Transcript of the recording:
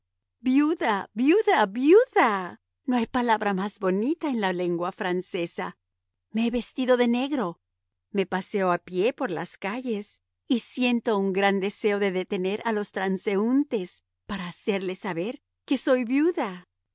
viuda viuda viuda no hay palabra más bonita en la lengua francesa me he vestido de negro me paseo a pie por las calles y siento un gran deseo de detener a los transeúntes para hacerles saber que soy viuda